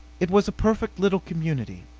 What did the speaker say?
it was a perfect little community.